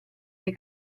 dei